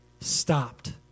stopped